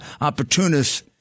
opportunists